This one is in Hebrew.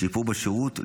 לשיפור בשירות,